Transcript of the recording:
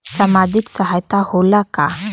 सामाजिक सहायता होला का?